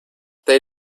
they